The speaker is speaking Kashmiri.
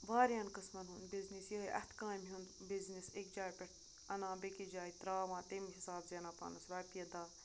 واریاہَن قٕسمَن ہُنٛد بِزنِس یِہوٚے اَتھٕ کامہِ ہُنٛد بِزنِس أکہِ جایہِ پٮ۪ٹھ اَنان بیٚکِس جایہِ ترٛاوان تَمہِ حِساب زینان پانَس رۄپیہِ دَہ